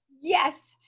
Yes